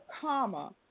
comma